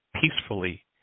peacefully